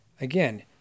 Again